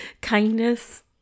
kindness